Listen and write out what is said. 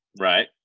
right